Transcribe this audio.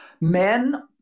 Men